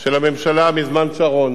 של הממשלה מזמן שרון,